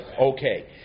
Okay